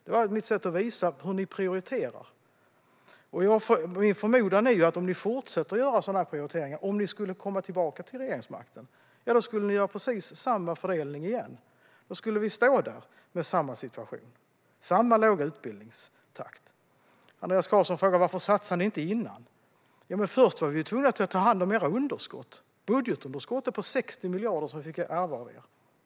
Det var mitt sätt att visa hur ni prioriterar. Min förmodan är att om ni fortsätter att göra sådana prioriteringar, om ni kommer tillbaka till regeringsmakten, skulle ni göra precis samma fördelning igen. Då skulle vi stå där med samma situation och samma låga utbildningstakt. Andreas Carlson frågade: Varför satsade ni inte tidigare? Men vi var ju tvungna att först ta hand om era underskott - det budgetunderskott på 60 miljarder som vi fick ärva av er.